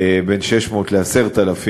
בין 600 ל-10,000.